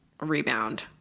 rebound